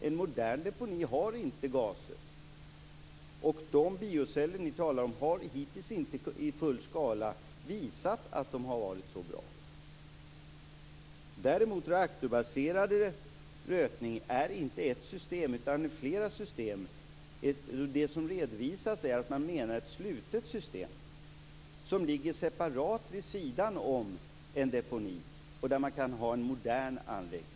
En modern deponi har inte gaser. De bioceller ni talar om har hittills inte i full skala visat att de har varit så bra. Reaktorbaserad rötning är däremot inte ett system utan flera system. Det som redovisas är ett slutet system som ligger separat vid sidan om en deponi, och där man kan ha en modern anläggning.